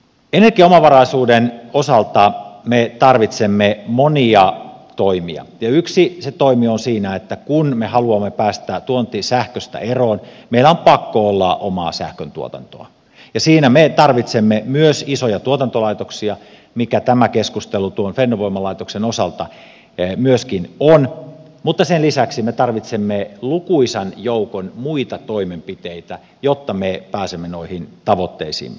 energiaomavaraisuuden osalta me tarvitsemme monia toimia ja yksi toimi on siinä että kun me haluamme päästä tuontisähköstä eroon meillä on pakko olla omaa sähköntuotantoa ja siinä me tarvitsemme myös isoja tuotantolaitoksia mikä tämä keskustelu tuon fennovoima laitoksen osalta myöskin on mutta sen lisäksi me tarvitsemme lukuisan joukon muita toimenpiteitä jotta me pääsemme noihin tavoitteisiimme